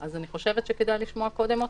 אז אני חושבת שכדאי לשמוע קודם אותם.